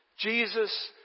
Jesus